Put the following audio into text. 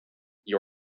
you